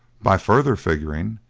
by further figuring,